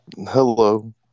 Hello